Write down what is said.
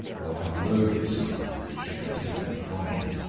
o how loath is he it should be taken from him.